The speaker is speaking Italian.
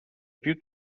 più